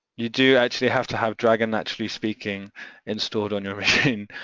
you do actually have to have dragon naturallyspeaking installed on your machine